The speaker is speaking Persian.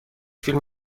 فیلم